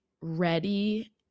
ready